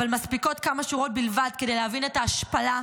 אבל מספיקות כמה שורות בלבד כדי להבין את ההשפלה,